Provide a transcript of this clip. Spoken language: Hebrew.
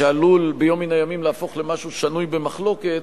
שעלול ביום מן הימים להפוך למשהו שנוי במחלוקת,